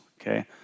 okay